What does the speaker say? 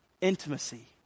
intimacy